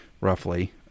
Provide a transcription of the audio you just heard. roughly